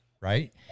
Right